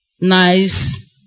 nice